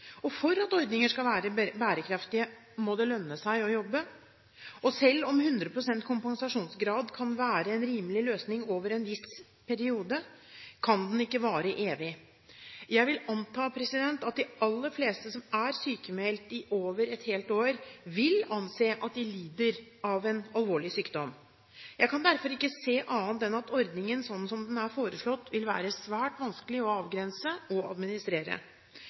og for at ordninger skal være bærekraftige, må det lønne seg å jobbe. Selv om 100 pst. kompensasjonsgrad kan være en rimelig løsning over en viss periode, kan den ikke vare evig. Jeg vil anta at de aller fleste som er sykemeldt i over et helt år, vil anse at de lider av en alvorlig sykdom. Jeg kan derfor ikke se annet enn at ordningen, slik den er foreslått, vil være svært vanskelig å avgrense og administrere.